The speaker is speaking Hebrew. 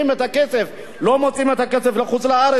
לא מוציאות את הכסף לחוץ-לארץ כדי שלא לשלם מס.